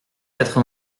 quatre